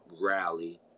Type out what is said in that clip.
rally